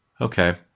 Okay